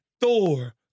Thor